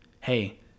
Hey